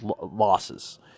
losses